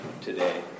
today